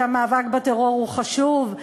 על זה שהמאבק בטרור הוא חשוב,